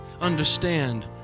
Understand